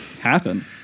happen